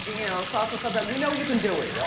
you know, salsa, salsa we know you can do it.